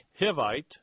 Hivite